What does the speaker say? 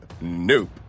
nope